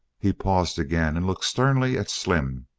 he paused again and looked sternly at slim,